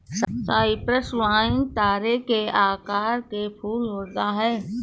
Cyprus vine तारे के आकार के फूल होता है